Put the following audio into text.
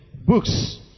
books